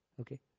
Okay